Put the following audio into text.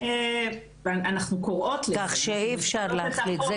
כך שאי אפשר להחליט.